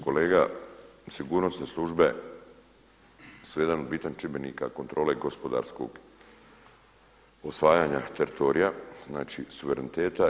Kolega sigurnosne službe su jedan od bitnih čimbenika kontrole gospodarskog osvajanja teritorija, znači suvereniteta.